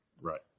Right